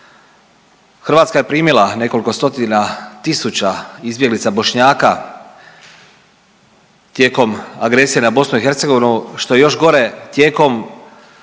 Hrvatska je primila nekoliko stotina tisuća izbjeglica Bošnjaka tijekom agresije na BiH što je još gore, tijekom